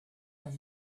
when